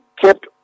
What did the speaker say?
kept